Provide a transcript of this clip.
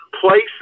place